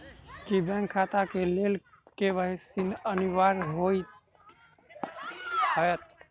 की bank खाता केँ लेल के.वाई.सी अनिवार्य होइ हएत?